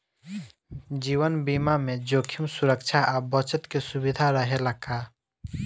जीवन बीमा में जोखिम सुरक्षा आ बचत के सुविधा रहेला का?